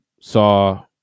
saw